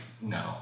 no